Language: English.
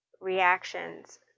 reactions